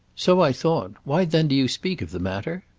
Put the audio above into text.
so i thought. why then do you speak of the matter?